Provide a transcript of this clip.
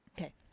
Okay